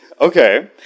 Okay